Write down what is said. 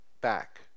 back